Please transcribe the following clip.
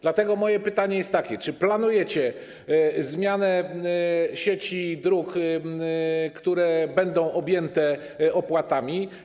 Dlatego moje pytanie jest takie: Czy planujecie zmianę sieci dróg, które będą objęte opłatami?